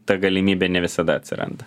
ta galimybė ne visada atsiranda